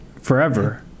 forever